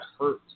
hurt